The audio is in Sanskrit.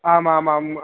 आमामाम्